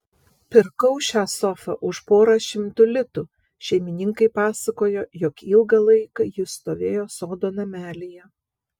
pirkau šią sofą už porą šimtų litų šeimininkai pasakojo jog ilgą laiką ji stovėjo sodo namelyje